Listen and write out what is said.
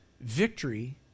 victory